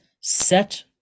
set